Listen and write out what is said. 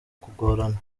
kugorana